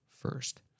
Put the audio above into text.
first